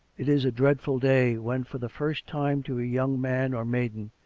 it is a dreadful day when for the first time to a young man or maiden,